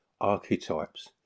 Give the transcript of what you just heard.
archetypes